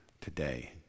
today